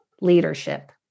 leadership